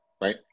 right